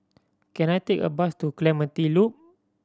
can I take a bus to Clementi Loop